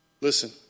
Listen